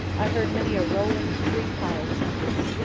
i heard many a rolling, three-piled sentence.